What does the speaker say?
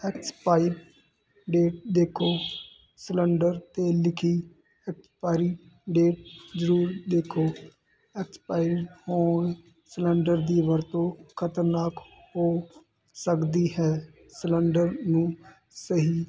X pipe date ਦੇਖੋ cylinder ਤੇ ਲਿਖੀ ਐਕਸਪਾਰੀ ਡੇਟ ਜਰੂਰ ਦੇਖੋ ਐਕਸਪਾਰੀ ਹੋਲ ਸਿਲੰਡਰ ਦੀ ਵਰਤੋਂ ਖਤਰਨਾਕ ਹੋ ਸਕਦੀ ਹੈ ਸਿਲੰਡਰ ਨੂੰ ਸਹੀ